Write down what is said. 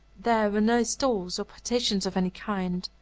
there were no stalls or partitions of any kind.